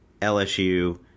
lsu